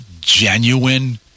genuine